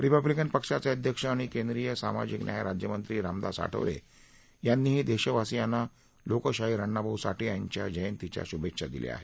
Republican पक्षाचे अध्यक्ष आणि केंद्रीय सामाजिक न्याय राज्यमंत्री रामदास आठवले यांनीही देशवासीयांना लोकशाहीर अण्णाभाऊ साठे यांच्या जयंतीच्या शूभेच्छा दिल्या आहेत